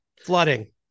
Flooding